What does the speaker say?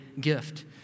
gift